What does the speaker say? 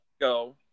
go